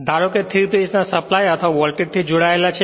ધારો કે તે 3 ફેજ ના સપ્લાય અથવા વોલ્ટેજથી જોડાયેલ છે